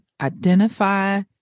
identify